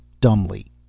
dumbly